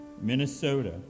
Minnesota